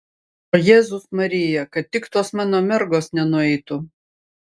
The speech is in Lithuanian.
o jėzus marija kad tik tos mano mergos nenueitų